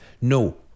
No